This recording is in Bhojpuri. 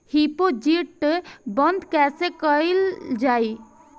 डिपोजिट बंद कैसे कैल जाइ?